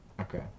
Okay